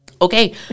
Okay